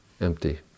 empty